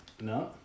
No